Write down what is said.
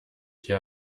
hier